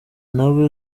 ntawe